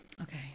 Okay